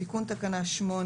תיקון תקנה 8